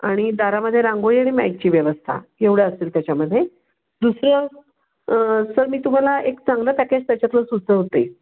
आणि दारामध्ये रांगोळी आणि माइकची व्यवस्था एवढं असेल त्याच्यामध्ये दुसरं सर मी तुम्हाला एक चांगलं पॅकेज त्याच्यातलं सुचवते